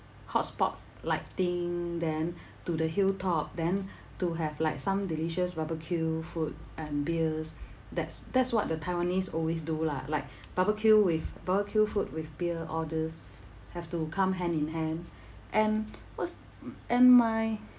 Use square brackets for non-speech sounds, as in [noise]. hot spots like thing then [breath] to the hill top then [breath] to have like some delicious barbecue food and beers that's that's what the taiwanese always do lah like [breath] barbecue with barbecue food with beer all these have to come hand in hand and was and my